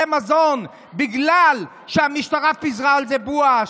מזון בגלל שהמשטרה פיזרה על זה בואש,